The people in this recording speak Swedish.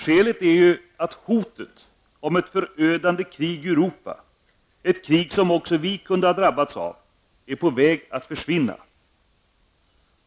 Skälet är ju att hotet om ett förödande krig i Europa -- ett krig som också vi kunde ha drabbats av -- är på väg att försvinna.